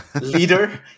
leader